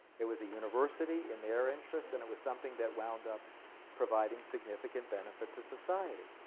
it was a university in their interest, and it was something that wound up providing significant benefit to society.